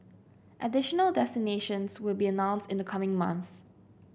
additional destinations will be announced in the coming months